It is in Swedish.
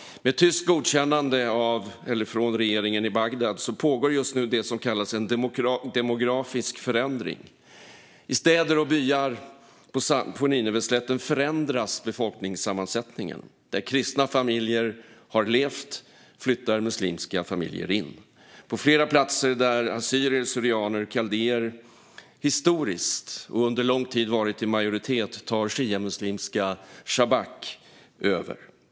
Med tyst godkännande från regeringen i Bagdad pågår just nu det som kallas en demografisk förändring. I städer och byar på Nineveslätten förändras befolkningssammansättningen. Där kristna familjer har levt flyttar muslimska familjer in. På flera platser där assyrier kaldéer historiskt och under lång tid varit i majoritet tar shiamuslimska shabaker över.